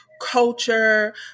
culture